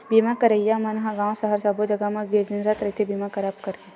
बीमा करइया मन ह गाँव सहर सब्बो जगा म गिंजरत रहिथे बीमा करब बर